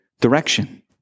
direction